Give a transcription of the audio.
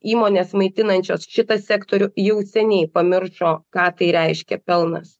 įmonės maitinančios šitą sektorių jau seniai pamiršo ką tai reiškia pelnas